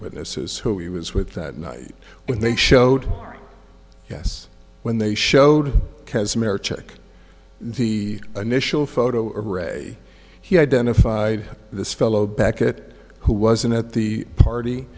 witnesses who he was with that night when they showed yes when they showed casmir check the initial photo array he identified this fellow back at who wasn't at the party